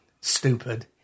stupid